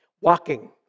Walking